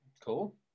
cool